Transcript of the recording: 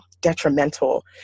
detrimental